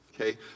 okay